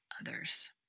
others